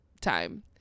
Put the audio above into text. time